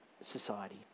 society